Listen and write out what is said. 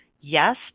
Yes